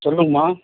சொல்லுங்கமா